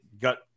got